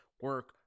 Work